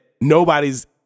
nobody's